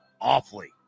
awfully